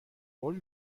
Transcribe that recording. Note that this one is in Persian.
قول